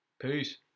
peace